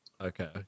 Okay